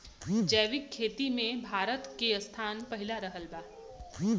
जैविक खेती मे भारत के स्थान पहिला रहल बा